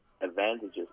advantages